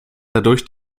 dadurch